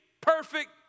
perfect